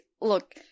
look